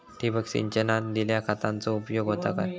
ठिबक सिंचनान दिल्या खतांचो उपयोग होता काय?